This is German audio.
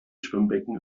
schwimmbecken